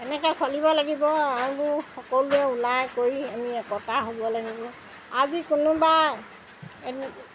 এনেকৈ চলিব লাগিব আৰু সকলোৱে ওলাই কৰি আমি একতা হ'ব লাগিব আজি কোনোবাই